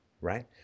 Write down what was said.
right